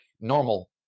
normal